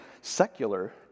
secular